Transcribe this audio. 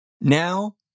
Now